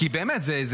כי באמת,